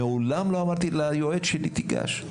מעולם לא אמרתי ליועץ שלי תיגש.